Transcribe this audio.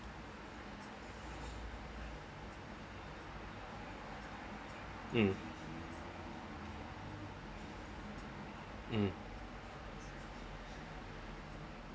mm mm